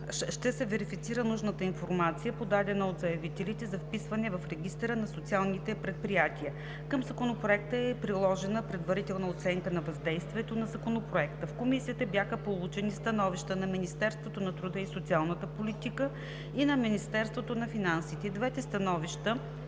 ще се верифицира нужната информация, подадена от заявителите за вписване в Регистъра на социалните предприятия. Към Законопроекта е приложена Предварителна оценка на въздействието на Законопроекта. В Комисията бяха получени становищата на Министерството на труда и социалната политика и на Министерството на финансите. И двете становища